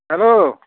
hello